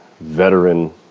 veteran